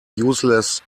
useless